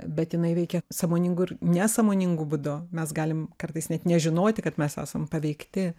bet jinai veikia sąmoningu ir nesąmoningu būdu mes galim kartais net nežinoti kad mes esam paveikti